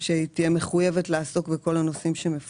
אני לא יודעת למה צריך להגיד את זה במפורש.